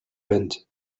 wind